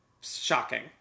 shocking